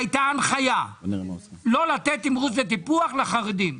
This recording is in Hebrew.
התברר שהייתה הנחיה לא לתת תמרוץ וטיפוח לחרדים.